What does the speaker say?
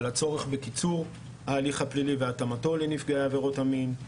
על הצורך בקיצור ההליך הפלילי והתאמתו לנפגעי עבירות המין,